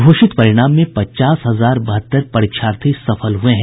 घोषित परिणाम में पचास हजार बहत्तर परीक्षार्थी सफल हुए हैं